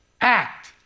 act